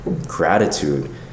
gratitude